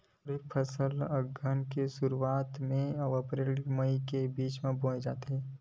खरीफ फसल ला अघ्घन के शुरुआत में, अप्रेल से मई के बिच में बोए जाथे